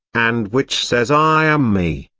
and which says i am me,